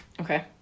Okay